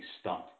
stumped